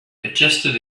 adjusted